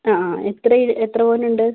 ആ ആ എത്ര പവനുണ്ട്